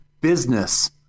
business